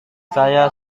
saya